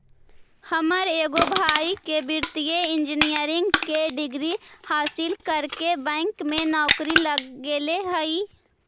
हमर एगो भाई के वित्तीय इंजीनियरिंग के डिग्री हासिल करके बैंक में नौकरी लग गेले हइ